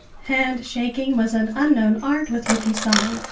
hand-shaking was an unknown art with yuki san,